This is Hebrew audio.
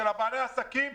של בעלי העסקים,